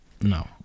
No